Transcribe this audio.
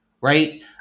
right